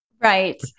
Right